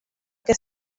que